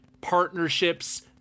partnerships